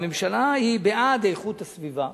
והממשלה היא בעד איכות הסביבה